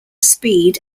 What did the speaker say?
speed